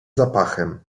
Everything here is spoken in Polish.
zapachem